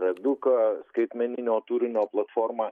eduka skaitmeninio turinio platforma